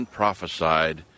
prophesied